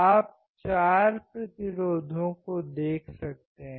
आप चार प्रतिरोधों को देख सकते हैं